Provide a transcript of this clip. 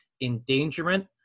endangerment